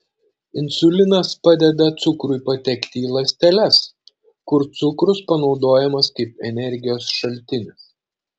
insulinas padeda cukrui patekti į ląsteles kur cukrus panaudojamas kaip energijos šaltinis